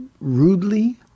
rudely